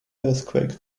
earthquake